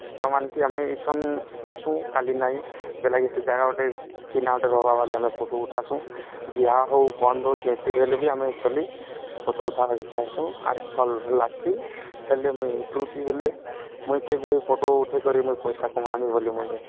ବର୍ତ୍ତମାନ କି ଆମେ ଇଛନ୍ ଅଛୁଁ କାଲି ନାଇଁ ହେଥିର୍ଲାଗି ସେ ଜାଗା ଗୁଟେ ଚିହ୍ନା ଗୁଟେ ରହେବା ବୋଲି ବୋଲି ଆମେ ଫଟୋ ଉଠାସୁଁ ବିହା ହଉ ବନ୍ଦ୍ ହଉ ଯେଥି ର ହେଲେ ବି ଆମେ ଚଲି ଫଟୋ ଉଠାବାକେ ଚାହେସୁଁ ଆର୍ ଭଲ୍ ଲାଗ୍ସି ହେଲେ ମୁଇଁ ବୃତ୍ତି ବେଲେ ମୁଇଁ କେବେ ଇ ଫଟୋ ଉଠେଇକରି ମୁଇଁ ପଇସା କମାମି ବୋଲି ମୁଇଁ